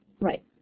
Right